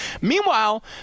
Meanwhile